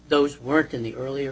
those words in the earlier